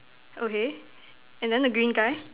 okay and then the green guy